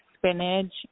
spinach